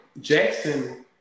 Jackson